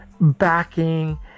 backing